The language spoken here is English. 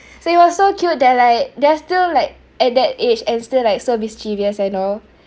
so it was so cute that like there're still like at that age and still like so mischievous and all